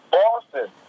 Boston